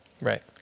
Right